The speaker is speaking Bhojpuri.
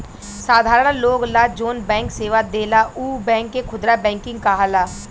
साधारण लोग ला जौन बैंक सेवा देला उ बैंक के खुदरा बैंकिंग कहाला